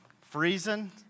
Freezing